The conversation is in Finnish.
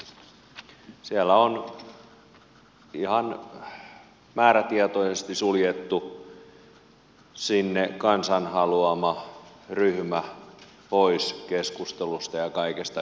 siellä on ihan määrätietoisesti suljettu kansan sinne haluama ryhmä pois keskustelusta ja kaikesta yhteistyöstä